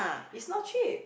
is not cheap